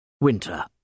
Winter